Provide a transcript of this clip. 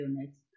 units